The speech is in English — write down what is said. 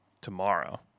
tomorrow